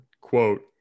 Quote